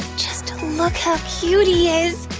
just look ah cute he is!